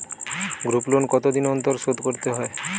Group loan কতদিন অন্তর শোধকরতে হয়?